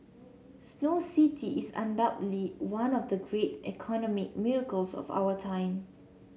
Snow City is undoubtedly one of the great economic miracles of our time